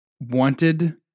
wanted